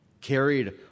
carried